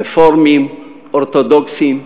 רפורמים ואורתודוקסים,